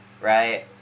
right